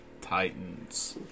Titans